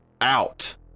out